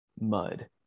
mud